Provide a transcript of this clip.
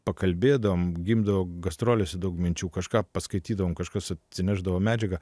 pakalbėdavom gimdavo gastrolėse daug minčių kažką paskaitydavom kažkas atsinešdavo medžiagą